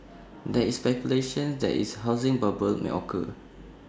there is speculation that is housing bubble may occur